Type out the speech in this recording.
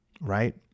right